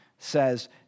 says